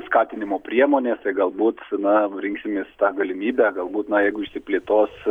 skatinimo priemonės tai galbūt na rinksimės tą galimybę galbūt na jeigu išsiplėtos